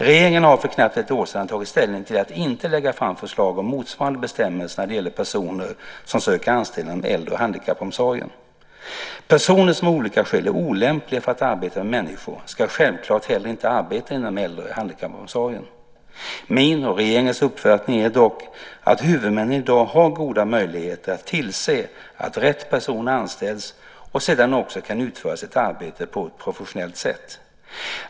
Regeringen har för knappt ett år sedan tagit ställning till att inte lägga fram förslag om motsvarande bestämmelser när det gäller personer som söker anställning inom äldre och handikappomsorgen. Personer som av olika skäl är olämpliga för att arbeta med människor ska självklart heller inte arbeta inom äldre och handikappomsorgen. Min och regeringens uppfattning är dock att huvudmännen i dag har goda möjligheter att tillse att rätt personer anställs och sedan också kan utföra sitt arbete på ett professionellt sätt.